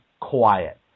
quiet